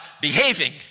behaving